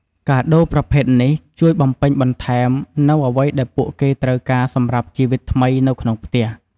កាដូប្រភេទនេះជួយបំពេញបន្ថែមនូវអ្វីដែលពួកគេត្រូវការសម្រាប់ជីវិតថ្មីនៅក្នុងផ្ទះ។